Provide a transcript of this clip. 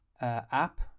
app